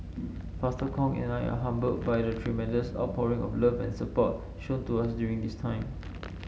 Pastor Kong and I are humbled by the tremendous outpouring of love and support shown to us during this time